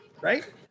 right